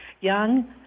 young